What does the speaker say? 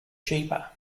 cheaper